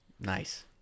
Nice